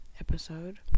episode